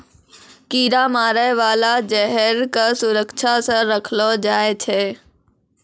कीरा मारै बाला जहर क सुरक्षा सँ रखलो जाय छै